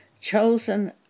chosen